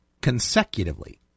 consecutively